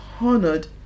honored